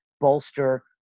bolster